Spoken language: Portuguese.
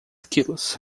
quilos